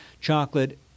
chocolate